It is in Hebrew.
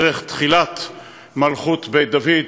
דרך תחילת מלכות בית דוד.